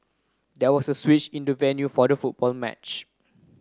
there was a switch in the venue for the football match